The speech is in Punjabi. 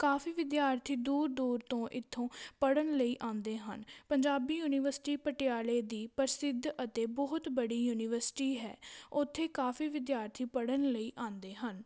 ਕਾਫੀ ਵਿਦਿਆਰਥੀ ਦੂਰ ਦੂਰ ਤੋਂ ਇੱਥੋਂ ਪੜ੍ਹਨ ਲਈ ਆਉਂਦੇ ਹਨ ਪੰਜਾਬੀ ਯੂਨੀਵਰਸਿਟੀ ਪਟਿਆਲੇ ਦੀ ਪ੍ਰਸਿੱਧ ਅਤੇ ਬਹੁਤ ਬੜੀ ਯੂਨੀਵਰਸਿਟੀ ਹੈ ਉੱਥੇ ਕਾਫੀ ਵਿਦਿਆਰਥੀ ਪੜ੍ਹਨ ਲਈ ਆਉਂਦੇ ਹਨ